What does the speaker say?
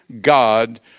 God